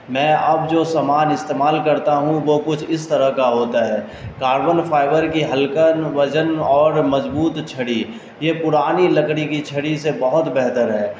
میں اب جو سامان استعمال کرتا ہوں وہ کچھ اس طرح کا ہوتا ہے کاربن فائبر کی ہلکا وزن اور مضبوط چھڑی یہ پرانی لکڑی کی چھڑی سے بہت بہتر ہے